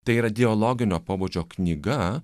tai yra diologinio pobūdžio knyga